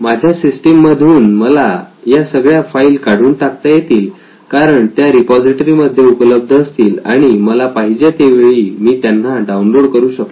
माझ्या सिस्टीम मधून मला या सगळ्या फाईल काढून टाकता येतील कारण त्या रिपॉझिटरी मध्ये उपलब्ध असतील आणि मला पाहिजे त्यावेळी मी त्यांना डाऊनलोड करू शकतो